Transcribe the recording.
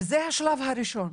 וזה השלב הראשון.